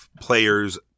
players